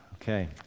Okay